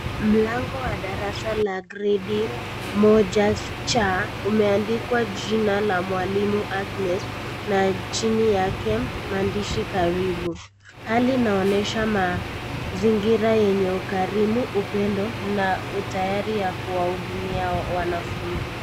Mlango wa darasa la gredi moja chaa umeandikwa jina la mwalimu Agnes na chini yake maandishi karibu. Hali inaonesha mazingira yenye ukarimu, upendo na utayari ya kuwahudumia wanafunzi.